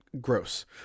gross